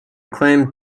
claimed